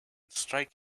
strike